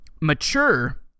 mature